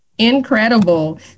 incredible